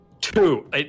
Two